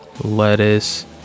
Lettuce